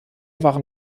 waren